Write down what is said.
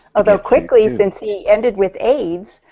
although quickly, since he ended with aids,